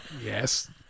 Yes